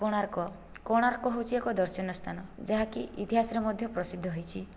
କୋଣାର୍କ କୋଣାର୍କ ହେଉଛି ଏକ ଦର୍ଶନୀୟ ସ୍ଥାନ ଯାହାକି ଇତିହାସରେ ମଧ୍ୟ ପ୍ରସିଦ୍ଧ ହୋଇଛି